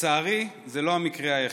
לצערי זה לא המקרה היחיד.